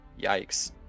yikes